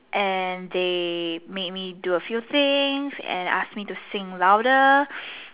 and they made me do a few things and ask me to sing louder